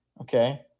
okay